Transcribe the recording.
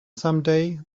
someday